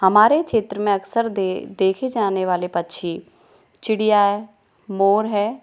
हमारे क्षेत्र मे अक्सर देखे जाने वाले पक्षी चिड़िया मोर है